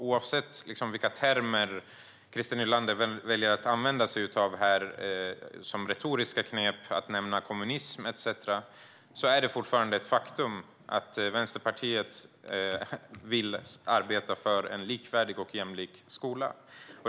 Oavsett vilka termer Christer Nylander väljer att använda sig av som retoriska knep, att nämna kommunism etcetera, är det fortfarande ett faktum att Vänsterpartiet vill arbeta för en likvärdig och jämlik skola.